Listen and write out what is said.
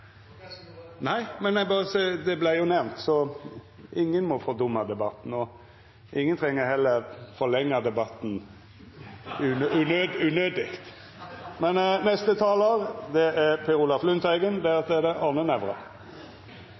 eg som gjorde det. Nei, men det vart jo nemnt. Ingen må fordumma debatten, og ingen treng heller forlenga debatten